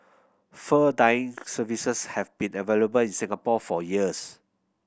fur dyeing services have been available in Singapore for years